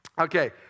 Okay